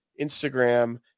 Instagram